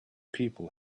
people